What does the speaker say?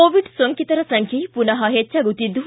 Covid ಸೋಂಕಿತರ ಸಂಖ್ಯೆ ಪುನಃ ಹೆಚ್ಚಾಗುತ್ತಿದ್ದು